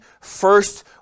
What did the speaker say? first